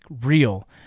real